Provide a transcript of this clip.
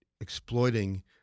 exploiting